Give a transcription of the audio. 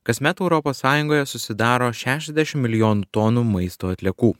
kasmet europos sąjungoje susidaro šešiasdešim milijonų tonų maisto atliekų